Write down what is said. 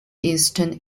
eastern